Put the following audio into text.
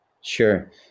Sure